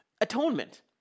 Atonement